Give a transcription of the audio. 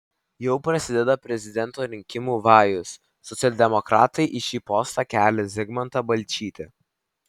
jau prasideda prezidento rinkimų vajus socialdemokratai į šį postą kelią zigmantą balčytį